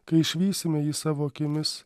kai išvysime jį savo akimis